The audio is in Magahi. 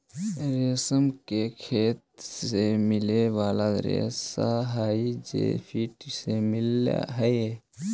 रेशम के खेत से मिले वाला रेशा हई जे कीट से मिलऽ हई